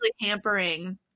hampering